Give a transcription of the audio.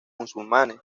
musulmanes